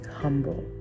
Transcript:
humble